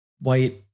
white